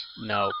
No